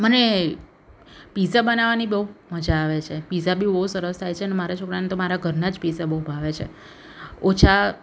મને પિઝા બનાવવાની બહુ મજા આવે છે પિઝા બી બહુ સરસ થાય છે ને મારા છોકરાને તો મારા ઘરના જ પિઝા બહુ ભાવે છે ઓછા